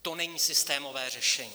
To není systémové řešení.